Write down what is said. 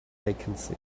vacancy